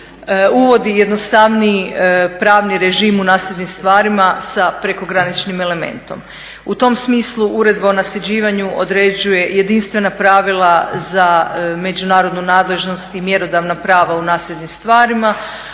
uvodi jednostavniji pravni režim u nasljednim stvarima sa prekograničnim elementom. U tom smislu Uredba o nasljeđivanju određuje jedinstvena pravila za međunarodnu nadležnost i mjerodavna prava u nasljednim stvarima,